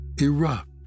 erupt